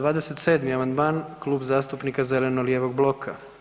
27. amandman, Klub zastupnika zeleno-lijevog bloka.